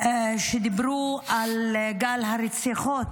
שדיברו על גל הרציחות,